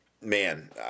Man